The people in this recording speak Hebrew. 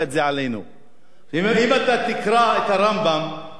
אם אתה תקרא את הרמב"ם אתה תגלה שבספרד